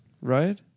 Right